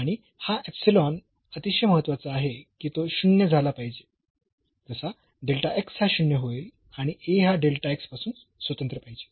आणि हा इप्सिलॉन अतिशय महत्त्वाचा आहे की तो 0 झाला पाहिजे जसा हा 0 होईल आणि A हा पासून स्वतंत्र पाहिजे